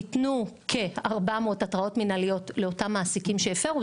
ניתנו כ-400 התראות מנהליות לאותם מעסיקים שהפרו,